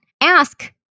ask